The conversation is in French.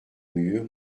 mur